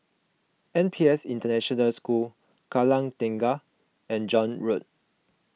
N P S International School Kallang Tengah and John Road